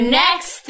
next